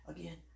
Again